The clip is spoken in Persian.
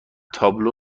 تابلو